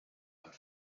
ein